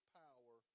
power